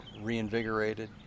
reinvigorated